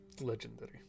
legendary